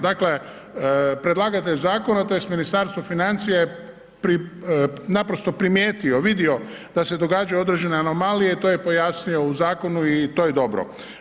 Dakle, predlagatelj zakona tj. Ministarstvo financija je naprosto primijetio, vidio da se događaju određene anomalije i to je pojasnio u zakonu i to je dobro.